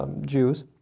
Jews